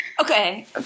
Okay